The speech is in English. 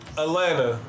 Atlanta